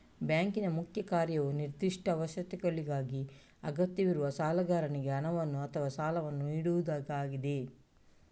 ಬ್ಯಾಂಕಿನ ಮುಖ್ಯ ಕಾರ್ಯವು ನಿರ್ದಿಷ್ಟ ಅವಶ್ಯಕತೆಗಳಿಗಾಗಿ ಅಗತ್ಯವಿರುವ ಸಾಲಗಾರನಿಗೆ ಹಣವನ್ನು ಅಥವಾ ಸಾಲವನ್ನು ನೀಡುವುದಾಗಿದೆ